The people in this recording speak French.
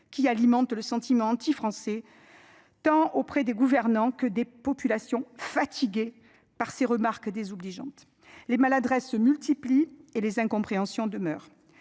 qui alimente le sentiment anti-français. Tant auprès des gouvernants que des populations fatigué par ses remarques désobligeantes, les maladresses se multiplient et les incompréhensions demeurent.